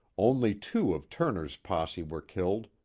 only two of turner's posse were killed,